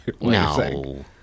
No